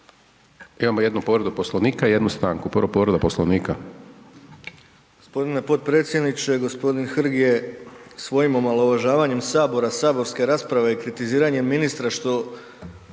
Imamo jednu povredu Poslovnika i jednu stanku. Prvo povreda Poslovnika.